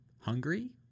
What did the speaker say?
hungry